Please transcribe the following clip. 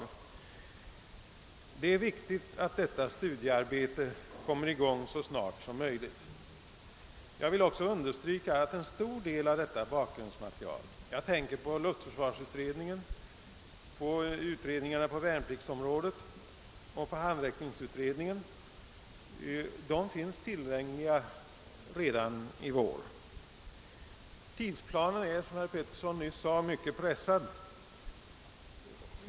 Och det är viktigt att detta studiearbete kommer i gång så snart som möjligt. Jag vill också understryka att en stor del av detta bakgrundsmaterial — jag tänker då på luftförsvarsutredningen, utredningarna på värnpliktsområdet och handräckningsutredningen — finns tillgängligt redan i vår. Som jag sade är tidsplanen mycket pressad.